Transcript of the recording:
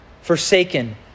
forsaken